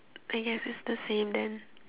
I guess it's the same then